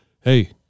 hey